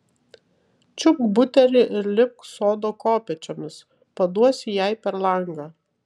čiupk butelį ir lipk sodo kopėčiomis paduosi jai per langą